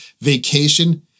vacation